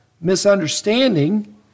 misunderstanding